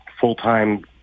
full-time